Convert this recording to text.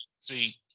see